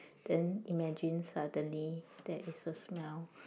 then imagine suddenly there is a smell